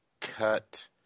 cut